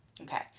Okay